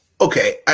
okay